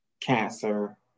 cancer